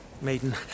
Maiden